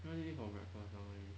what do you eat for breakfast normally